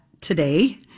today